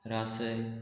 रासय